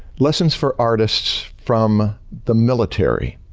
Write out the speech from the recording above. lessons for artists from the military.